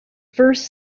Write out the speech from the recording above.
first